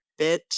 bitch